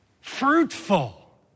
Fruitful